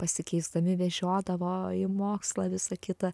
pasikeisdami vežiodavo į mokslą visa kita